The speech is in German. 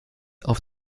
auf